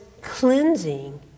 cleansing